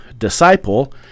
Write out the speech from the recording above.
disciple